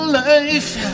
life